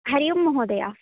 हरि ओं महोदय